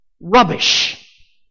rubbish